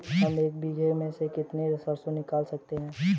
हम एक बीघे में से कितनी सरसों निकाल सकते हैं?